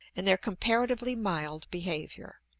and their comparatively mild behavior.